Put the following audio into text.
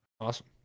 Awesome